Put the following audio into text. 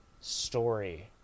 story